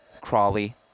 Crawley